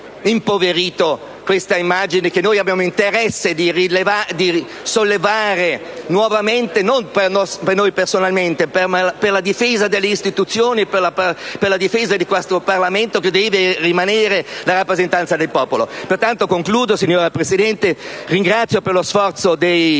questa immagine, che noi abbiamo interesse di risollevare nuovamente, non per noi personalmente, ma per la difesa delle istituzioni e di questo Parlamento, che deve rimanere il luogo della rappresentanza del popolo. Pertanto, signora Presidente, ringrazio per lo sforzo dei